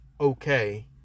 okay